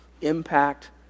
Impact